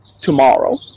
tomorrow